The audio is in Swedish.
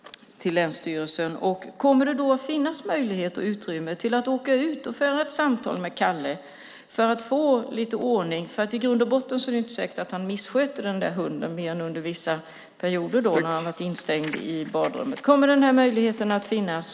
Kommer det att finnas möjlighet och utrymme till att åka ut och föra ett samtal med Kalle för att få lite ordning på det hela? I grund och botten är det inte säkert att han missköter hunden, mer än under vissa perioder, då den är instängd i badrummet. Kommer den möjligheten att finnas?